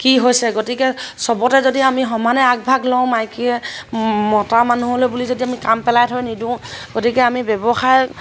কি হৈছে গতিকে চবতে যদি আমি সমানে আগভাগ লওঁ মাইকীয়ে মতা মানুহলৈ বুলি যদি আমি কাম পেলাই থৈ নিদিওঁ গতিকে আমি ব্যৱসায়